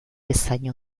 bezain